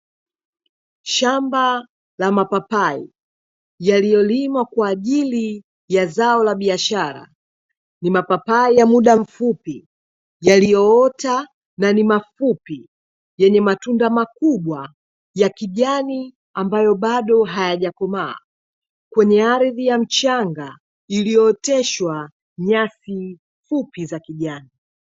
Shamba la mapapai yaliyolimwa kwa ajili ya zao la biashara. Ni mapapai ya muda mfupi yaliyoota na ni mafupi yenye matunda makubwa ya kijani ambayo bado hayajakomaa kwenye ardhi ya mchanga iliyooteshwa nyasi fupi za kijani.